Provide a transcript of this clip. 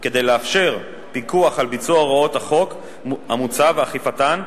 כדי לאפשר פיקוח על ביצוע הוראות החוק המוצע ואכיפתן,